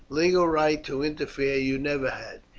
legal right to interfere you never had.